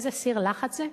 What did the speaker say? איזה סיר לחץ זה?